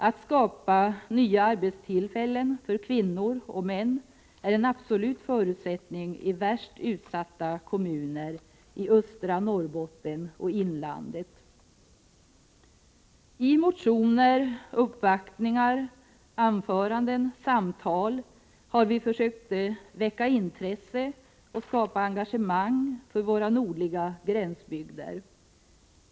Att skapa nya arbetstillfällen — för kvinnor och män -— är en absolut förutsättning i de värst utsatta kommunerna i östra Genom motioner, uppvaktningar, anföranden och samtal har vi försökt väcka intresse och skapa engagemang för våra nordliga gränsbygder.